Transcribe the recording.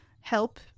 help